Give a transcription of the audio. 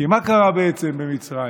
כי מה קרה בעצם במצרים?